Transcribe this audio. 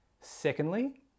Secondly